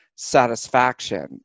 satisfaction